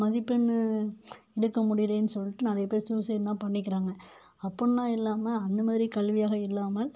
மதிப்பெண் எடுக்க முடியலையே சொல்ட்டு நிறைய பேர் சூசைட்லாம் பண்ணிக்கிறாங்க அப்புன்னா இல்லாமல் அந்தமாதிரி கல்வியாக இல்லாமல்